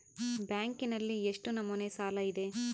ಬ್ಯಾಂಕಿನಲ್ಲಿ ಎಷ್ಟು ನಮೂನೆ ಸಾಲ ಇದೆ?